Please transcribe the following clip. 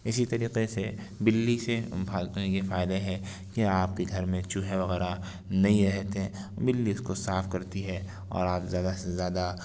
اسی طریقے سے بلی سے یہ فائدہ ہے کہ آپ کے گھر میں چوہے وغیرہ نہیں رہتے ہیں بلی اس کو صاف کرتی ہے اور آپ زیادہ سے زیادہ